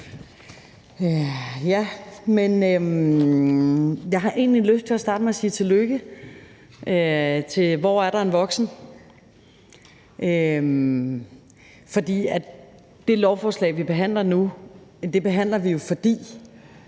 Jeg har egentlig lyst til at starte med at sige tillykke til Hvorerderenvoksen.dk, for det lovforslag, vi behandler nu, behandler vi, fordi